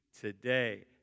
today